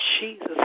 Jesus